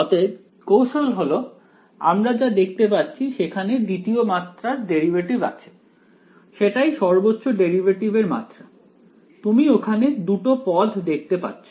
অতএব কৌশল হল আমরা যা দেখতে পাচ্ছি সেখানে দ্বিতীয় মাত্রার ডেরিভেটিভ আছে সেটাই সর্বোচ্চ ডেরিভেটিভ এর মাত্রা তুমি ওখানে দুটো পদ দেখতে পাচ্ছ